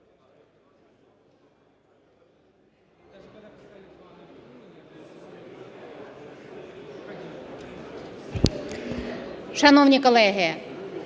Шановні колеги,